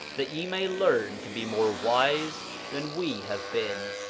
that ye may learn to be more wise than we have been.